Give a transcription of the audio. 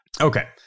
Okay